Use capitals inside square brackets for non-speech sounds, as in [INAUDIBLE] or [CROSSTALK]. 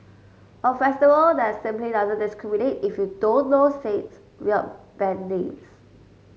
a festival that simply doesn't discriminate if you don't know [UNINTELLIGIBLE] weird band names